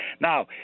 Now